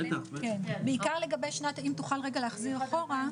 כן, אם תוכל רגע להחזיר אחורה,